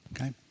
Okay